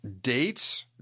dates